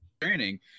training